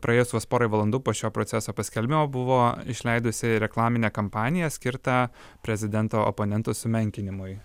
praėjus vos porai valandų po šio proceso paskelbimo buvo išleidusi reklaminę kampaniją skirtą prezidento oponentų sumenkinimui